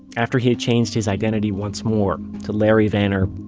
after he had changed his identity once more, to larry vanner,